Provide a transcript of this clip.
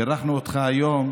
אותם אנשים